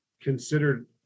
considered